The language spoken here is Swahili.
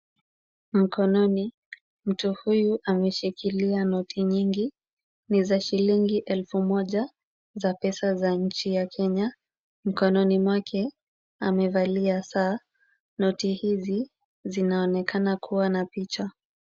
Mkononi mtu huyu ameshikilia noti nyingi, ni za shilingi elfu moja za pesa za nchi ya Kenya. Mkononi mwake amevalia saa, noti hizi zinaonekana kuwa na picha.